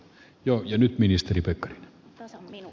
jo jäänyt ministeri pekkarinen ja sami